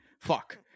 Fuck